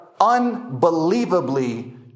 unbelievably